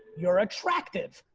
you're attractive.